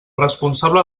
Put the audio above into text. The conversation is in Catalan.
responsable